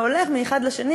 והולך מאחד לשני,